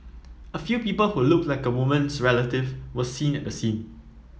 a few people who looked like the woman's relative were seen at the scene